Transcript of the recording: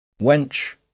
Wench